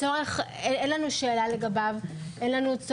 אין לנו שאלה לגבי הצורך,